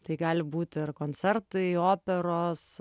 tai gali būti ir koncertai operos